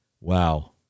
Wow